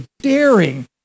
daring